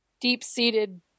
deep-seated